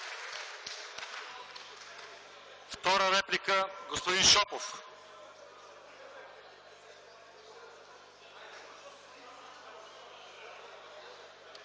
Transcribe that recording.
Втора реплика – господин Шопов.